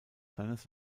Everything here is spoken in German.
seines